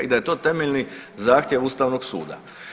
I da je to temeljni zahtjev Ustavnog suda.